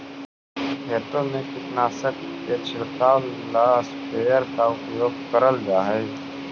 खेतों में कीटनाशक के छिड़काव ला स्प्रेयर का उपयोग करल जा हई